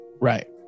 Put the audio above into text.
Right